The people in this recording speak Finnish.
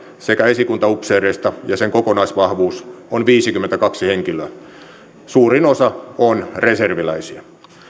sekä esikuntaupseereista ja sen kokonaisvahvuus on viisikymmentäkaksi henkilöä suurin osa on reserviläisiä